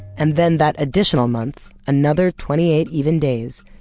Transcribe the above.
and then that additional month, another twenty eight even days,